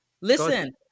Listen